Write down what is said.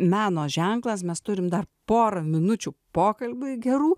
meno ženklas mes turim dar porą minučių pokalbiui gerų